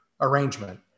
arrangement